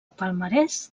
palmarès